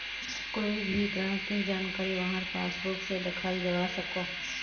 कोए भी ग्राहकेर जानकारी वहार पासबुक से दखाल जवा सकोह